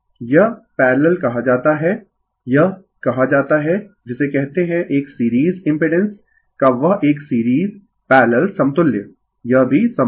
यह पैरलल कहा जाता है यह कहा जाता है जिसे कहते है एक सीरीज इम्पिडेंस का वह एक सीरीज पैरलल समतुल्य यह भी संभव है